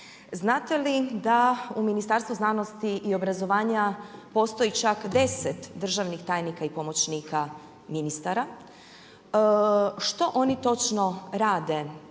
Znate li da u Ministarstvu znanosti i obrazovanja postoji čak 10 državnih tajnika i pomoćnika ministara? Što oni točno rade